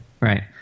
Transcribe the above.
right